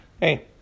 Hey